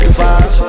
five